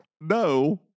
no